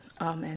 Amen